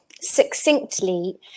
succinctly